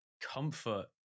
comfort